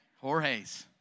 Jorge's